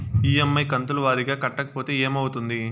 EMI కంతుల వారీగా కట్టకపోతే ఏమవుతుంది?